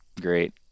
great